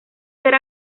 ser